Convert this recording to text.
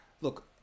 Look